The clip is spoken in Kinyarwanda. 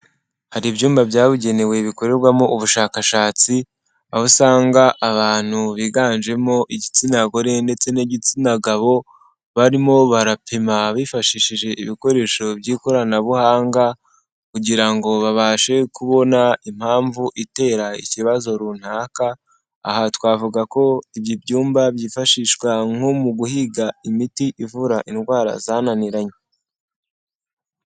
Hari ibyumba byabugenewe bikorerwamo ubushakashatsi, aho usanga abantu biganjemo igitsina gore ndetse n'igitsina gabo, barimo barapima bifashishije ibikoresho by'ikoranabuhanga, kugira ngo babashe kubona impamvu itera ikibazo runaka. Aha twavuga ko ibyo byumba byifashishwa nko mu guhiga imiti ivura indwara zananiranye.